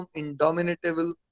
indomitable